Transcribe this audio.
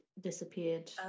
disappeared